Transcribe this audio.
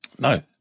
no